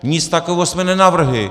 Nic takového jsme nenavrhli!